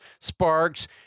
sparks